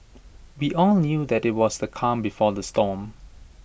we all knew that IT was the calm before the storm